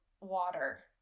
water